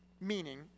meaning